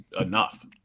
enough